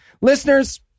Listeners